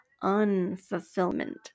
unfulfillment